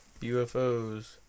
UFOs